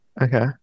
okay